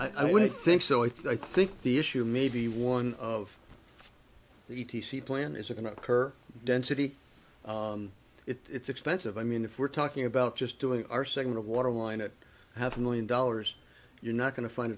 don't think so i think the issue may be one of the e t c plan is going to occur density it's expensive i mean if we're talking about just doing our segment of waterline a half a million dollars you're not going to find